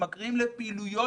מתמכרים לפעילויות